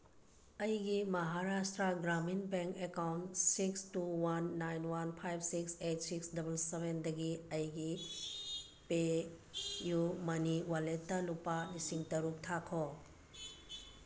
ꯑꯩꯒꯤ Maharashtra Gramin bank account six two one nine one five six eight six double ꯁꯚꯦꯟꯗꯒꯤ ꯑꯩꯒꯤ PayU ꯃꯅꯤ ꯋꯥꯂꯦꯠꯇ ꯂꯨꯄꯥ ꯂꯤꯁꯤꯡ ꯇꯔꯨꯛ ꯊꯥꯈꯣ